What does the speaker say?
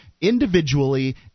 individually